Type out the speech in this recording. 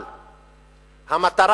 למה,